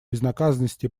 безнаказанности